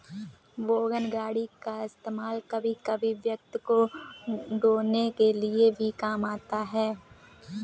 wagon गाड़ी का इस्तेमाल कभी कभी व्यक्ति को ढ़ोने के लिए भी काम आता है